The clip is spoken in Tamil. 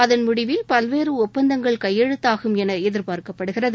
அதன் முடிவில் பல்வேறு ஒப்பந்தங்கள் கையெழுத்தாகும் என எதிர்பார்க்கப்படுகிறது